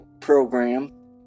program